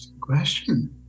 question